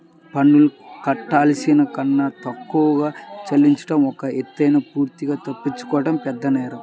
పన్నుల్ని కట్టాల్సిన కన్నా తక్కువ చెల్లించడం ఒక ఎత్తయితే పూర్తిగా తప్పించుకోవడం పెద్దనేరం